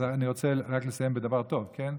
אז אני רוצה רק לסיים בדבר טוב, כן?